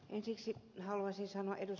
ensiksi haluaisin sanoa ed